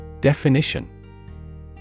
Definition